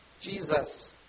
Jesus